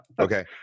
okay